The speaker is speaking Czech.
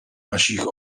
našich